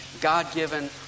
God-given